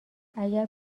اگه